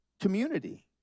community